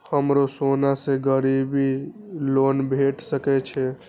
हमरो सोना से गिरबी लोन भेट सके छे?